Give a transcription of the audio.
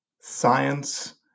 science